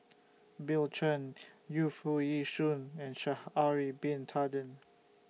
Bill Chen Yu Foo Yee Shoon and Sha'Ari Bin Tadin